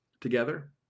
together